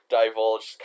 divulge